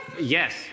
Yes